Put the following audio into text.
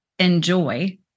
enjoy